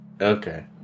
Okay